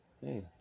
hey